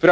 den?